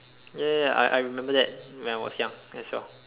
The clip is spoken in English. ya ya ya I I remember that when I was young as well